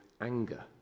anger